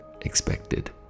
expected